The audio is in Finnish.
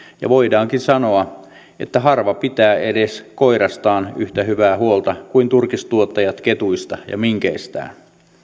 ja voidaankin sanoa että harva pitää edes koirastaan yhtä hyvää huolta kuin turkistuottajat ketuista ja minkeistään